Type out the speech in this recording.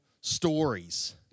stories